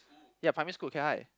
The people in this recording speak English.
ya primary school Cat High